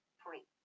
free